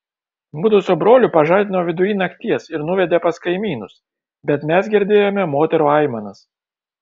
mudu su broliu pažadino vidury nakties ir nuvedė pas kaimynus bet mes girdėjome moterų aimanas